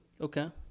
Okay